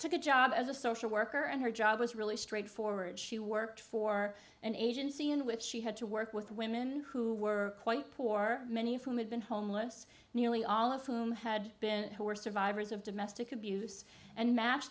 took a job as a social worker and her job was really straightforward she worked for an agency in which she had to work with women who were quite poor many of whom had been homeless nearly all of whom had been who were survivors of domestic abuse and ma